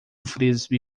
frisbee